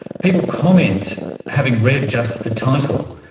people comment having read just the title.